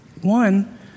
one